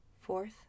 fourth